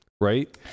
right